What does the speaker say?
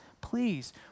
please